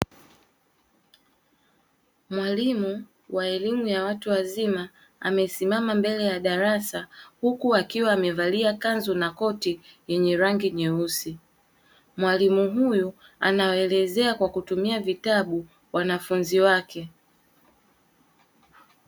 Mwalimu wa elimu ya watu wazima amesimama mbele ya darasa, huku akiwa amevalia kanzu na koti lenye rangi nyeusi. Mwalimu huyu anawaelezea kwa kutumia vitabu wanafunzi wake.